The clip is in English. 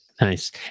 Nice